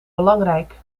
belangrijk